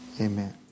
Amen